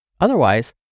Otherwise